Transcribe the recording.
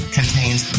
contains